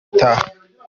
itaha